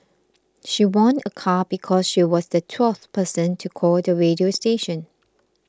she won a car because she was the twelfth person to call the radio station